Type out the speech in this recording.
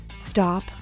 stop